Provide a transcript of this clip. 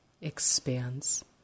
expands